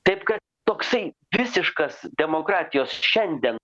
taip kad toksai visiškas demokratijos šiandien